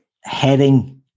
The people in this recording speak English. Heading